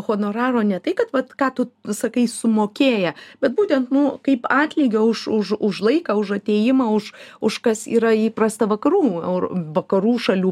honoraro ne tai kad vat ką tu sakai sumokėję bet būtent nu kaip atlygio už laiką už atėjimą už už kas yra įprasta vakarų euro vakarų šalių